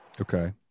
okay